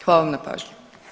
Hvala vam na pažnji.